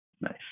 Nice